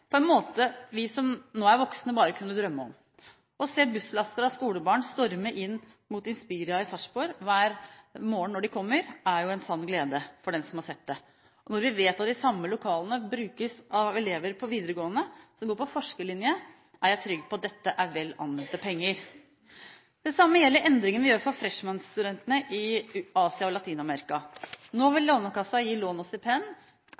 på en måte som vi som nå er voksne, bare kunne drømme om. Å se busslaster av skolebarn storme inn mot INSPIRIA i Sarpsborg hver morgen når de kommer, er en sann glede for dem som har sett det. Når vi vet at de samme lokalene brukes av elever på videregående som går på forskerlinje, er jeg trygg på at dette er vel anvendte penger. Det samme gjelder endringen vi gjør for freshman-studentene i Asia og Latin-Amerika. Nå vil Lånekassen gi lån og stipend